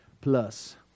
plus